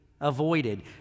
avoided